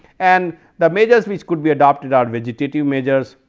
and the measures which could be adopted are vegetative measures,